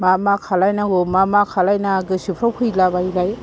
मा मा खालायनांगौ मा मा खालानायङा गोसोफ्राव फैला बायबाय